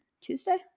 tuesday